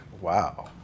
Wow